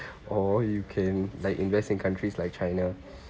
or you can like invest in countries like china